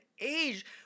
age